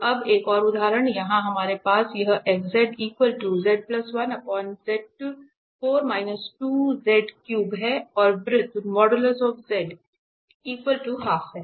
तो अब एक और उदाहरण यहाँ हमारे पास यह है और वृत्त है